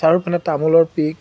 চাৰিওপিনে তামোলৰ পিক